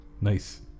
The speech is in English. nice